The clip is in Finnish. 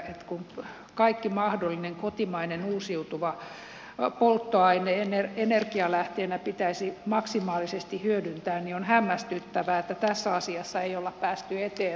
kun kaikki mahdollinen kotimainen uusiutuva polttoaine energialähteenä pitäisi maksimaalisesti hyödyntää niin on hämmästyttävää että tässä asiassa ei olla päästy eteenpäin